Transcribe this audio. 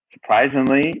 surprisingly